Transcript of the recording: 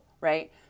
right